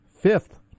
fifth